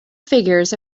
figures